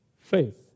faith